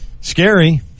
Scary